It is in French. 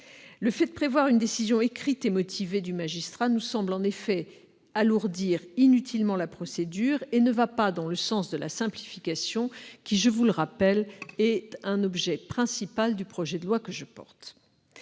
Le fait de prévoir une décision écrite et motivée du magistrat nous semble alourdir inutilement la procédure et ne va pas dans le sens de la simplification, laquelle est, je le rappelle, l'un des objets principaux du projet de loi que je